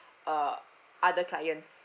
uh other clients